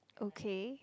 okay